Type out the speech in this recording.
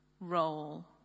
role